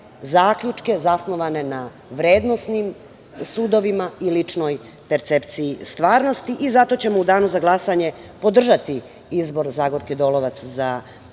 zaključke zasnovane na vrednosnim sudovima i ličnoj percepciji stvarnosti. Zato ćemo u danu za glasanje, podržati izbor Zagorke Dolovac, za